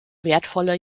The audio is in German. wertvoller